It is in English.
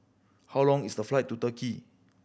how long is the flight to Turkey